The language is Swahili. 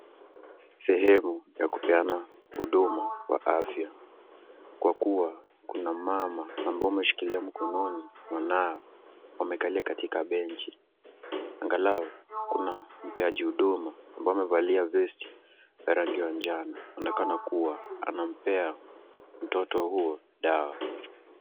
Sehemu ya kupeana huduma wa afya, kwa kuwa kuna mama ambao umeshikilia mkononi, mwanawe, wamekalia katika benchi, angalau, kuna mpeaji huduma ambao umevalia vesti, ya rangi ya njano, aonekana kuwa anampea mtoto huo dawa.